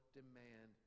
demand